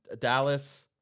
Dallas